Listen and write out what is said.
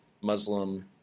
Muslim